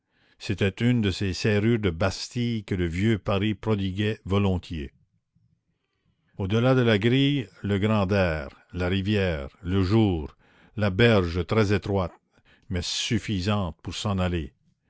c'était une de ces serrures de bastilles que le vieux paris prodiguait volontiers au delà de la grille le grand air la rivière le jour la berge très étroite mais suffisante pour s'en aller